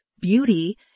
beauty